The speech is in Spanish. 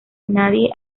nadie